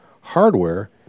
hardware